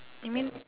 you mean